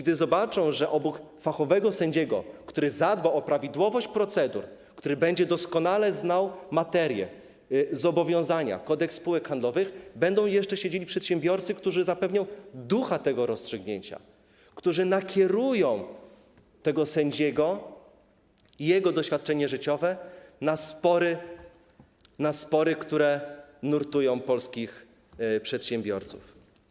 I zobaczą, że obok fachowego sędziego, który zadbał o prawidłowość procedur, który będzie doskonale znał materię, zobowiązania, Kodeks spółek handlowych, będą jeszcze siedzieli przedsiębiorcy, którzy zapewnią ducha tego rozstrzygnięcia, którzy nakierują tego sędziego i jego doświadczenie życiowe na spory, które nurtują polskich przedsiębiorców.